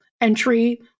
entry